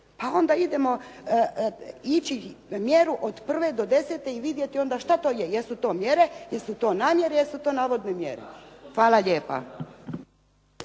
A onda idemo ići mjeru od prve do desete i vidjeti onda što to je. Jesu li to mjere, jesu li to namjere, jesu li to navodne mjere. Hvala lijepo.